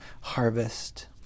harvest